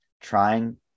trying